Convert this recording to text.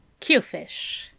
Qfish